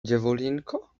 dziewulinko